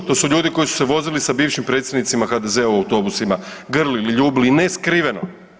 To su ljudi koji su se vozili sa bivšim predsjednicima HDZ-a u autobusima, grlili, ljubili ne skriveno.